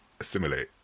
assimilate